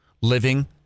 living